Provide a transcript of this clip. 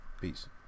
Peace